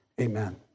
amen